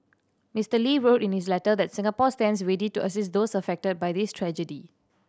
Mister Lee wrote in his letter that Singapore stands ready to assist those affected by this tragedy